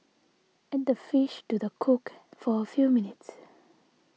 add the fish to the cook for a few minutes